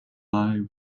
eye